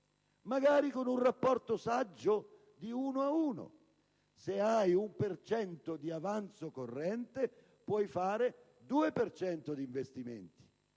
Magari con un rapporto saggio, di uno a uno: se hai l'uno per cento di avanzo corrente puoi fare un 2 per cento di investimenti.